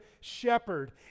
shepherd